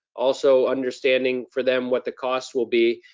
also understanding for them what the costs will be,